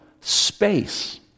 space